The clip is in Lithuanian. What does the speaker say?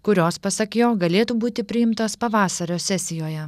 kurios pasak jo galėtų būti priimtos pavasario sesijoje